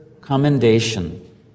commendation